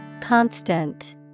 Constant